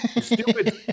stupid